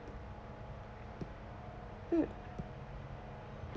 mm